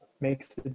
makes